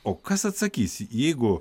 o kas atsakys jeigu